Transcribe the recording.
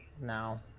now